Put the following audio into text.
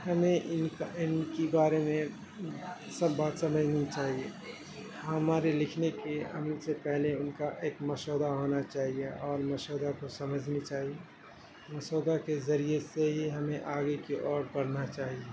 ہمیں ان کا ان کی بارے میں سب بات سمجھ لینی چاہیے ہمارے لکھنے کے عمل سے پہلے ان کا ایک مسودہ ہونا چاہیے اور مسودہ کو سمجھنی چاہیے مسودہ کے ذریعے سے ہی ہمیں آگے کی اور بڑھنا چاہیے